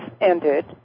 ended